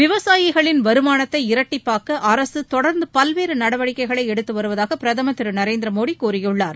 விவசாயிகளின் வருமானத்தை இரட்டிப்பாக்க அரசு தொடர்ந்து பல்வேறு நடவடிக்கைகளை எடுத்துவருவதாக பிரதமர் திரு நரேந்திர மோடி கூறியுள்ளார்